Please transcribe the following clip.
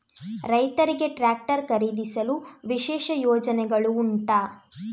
ರೈತರಿಗೆ ಟ್ರಾಕ್ಟರ್ ಖರೀದಿಸಲು ವಿಶೇಷ ಯೋಜನೆಗಳು ಉಂಟಾ?